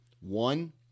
One